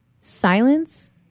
silence